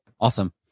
Awesome